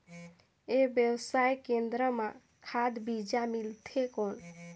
ई व्यवसाय केंद्र मां खाद बीजा मिलथे कौन?